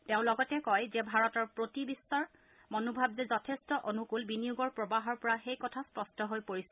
তেওঁ লগতে কয় যে ভাৰতৰ প্ৰতি বিখ্বৰ মনোভাৱ যে যথেষ্ঠ অনুকুল বিনিয়োগৰ প্ৰৱাহৰ পৰা সেই কথা স্পষ্ট হৈ পৰিছে